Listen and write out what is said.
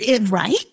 Right